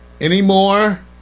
anymore